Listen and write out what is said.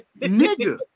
nigga